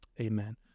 Amen